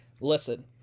Listen